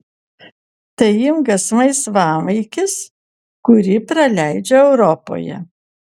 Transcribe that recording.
tai ilgas laisvalaikis kurį praleidžiu europoje